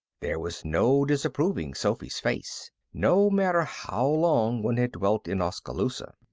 there was no disapproving sophy's face, no matter how long one had dwelt in oskaloosa.